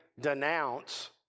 denounce